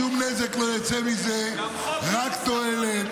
שום נזק לא יצא מזה, רק תועלת.